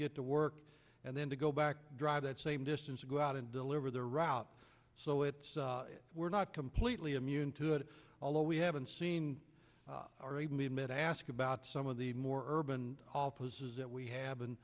get to work and then to go back drive that same distance to go out and deliver the route so it's we're not completely immune to it although we haven't seen me admit ask about some of the more urban offices that we have